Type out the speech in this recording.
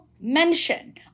mention